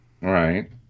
Right